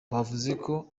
bavuzeko